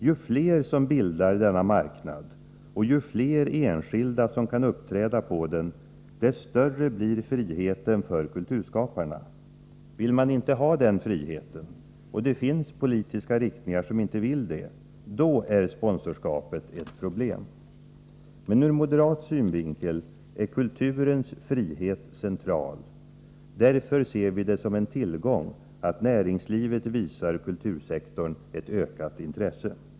Ju fler som bildar denna marknad, och ju fler enskilda som kan uppträda på den, dess större blir friheten för kulturskaparna. Vill man inte ha den friheten — och det finns politiska riktningar som inte vill det — då är sponsorskapet ett problem. Men ur moderat synvinkel är kulturens frihet central. Därför ser vi det som en tillgång att näringslivet visar kultursektorn ett ökat intresse.